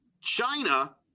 China